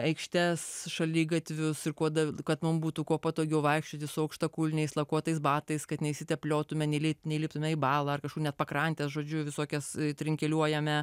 aikštes šaligatvius ir kad mum būtų kuo patogiau vaikščioti su aukštakulniais lakuotais batais kad neišsitepliotume neįliptume į balą ar kažkur net pakrantę žodžiu visokias trinkeliuojame